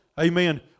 Amen